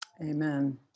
Amen